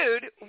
Dude